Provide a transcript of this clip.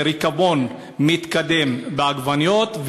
של ריקבון מתקדם בעגבניות,